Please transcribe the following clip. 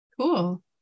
cool